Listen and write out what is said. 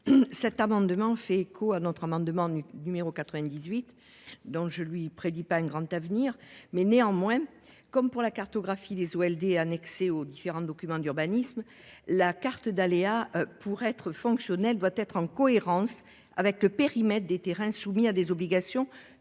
Cet amendement fait écho à notre amendement numéro 98. Dans je lui prédis pas un grand avenir mais néanmoins comme pour la cartographie des Walder annexé aux différents documents d'urbanisme, la carte d'aléa pour être fonctionnel doit être en cohérence avec le périmètre des terrains soumis à des obligations de